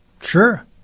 sure